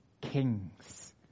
kings